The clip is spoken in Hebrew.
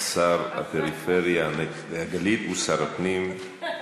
שר הפריפריה, הנגב והגליל, הוא שר הפנים,